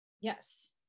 Yes